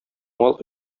мал